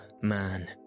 man